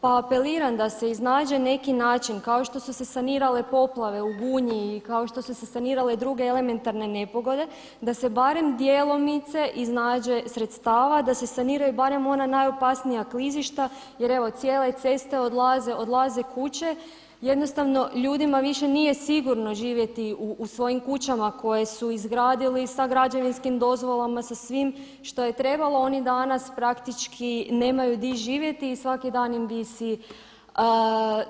Pa apeliram da se iznađe neki način kao što su se sanirale poplave u Gunji i kao što su se sanirale i druge elementarne nepogode da se barem djelomice iznađe sredstava, da se saniraju barem ona najopasnija klizišta jer evo cijele ceste odlaze, odlaze kuće, jednostavno ljudima više nije sigurno živjeti u svojim kućama koje su izgradili sa građevinskim dozvolama, sa svim što je trebalo, oni danas praktički nemaju gdje živjeti i svaki dan im visi